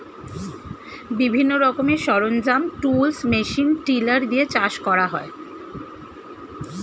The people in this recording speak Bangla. বিভিন্ন রকমের সরঞ্জাম, টুলস, মেশিন টিলার দিয়ে চাষ করা হয়